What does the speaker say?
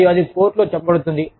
మరియు అది కోర్టులో చెప్పబడుతుంది